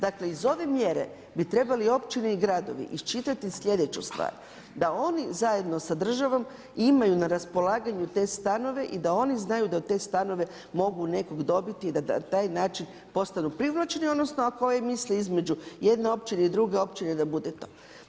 Dakle iz ove mjere bi trebali općine i gradovi iščitati sljedeću stvar, da oni zajedno sa državom imaju na raspolaganju te stanove i da oni znaju da u te stanove mogu nekoga dobiti i da na taj način postanu privlačni odnosno ako ovi misle između jedne općine i druge općine da bude to.